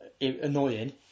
Annoying